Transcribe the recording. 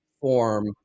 form